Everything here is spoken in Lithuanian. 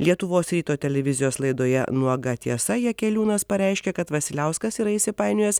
lietuvos ryto televizijos laidoje nuoga tiesa jakeliūnas pareiškė kad vasiliauskas yra įsipainiojęs